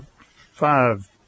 five